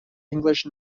english